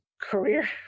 career